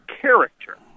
character